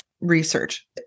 research